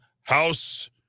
House